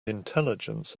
intelligence